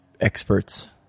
experts